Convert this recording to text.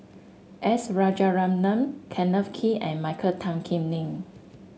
S Rajaratnam Kenneth Kee and Michael Tan Kim Nei